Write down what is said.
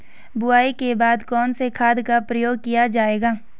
बुआई के बाद कौन से खाद का प्रयोग किया जायेगा?